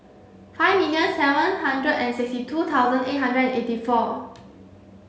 five million seven hundred and sixty two thousand eight hundred and eighty four